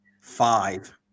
Five